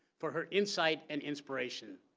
for her insight and inspiration.